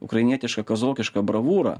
ukrainietišką kazokišką bravūrą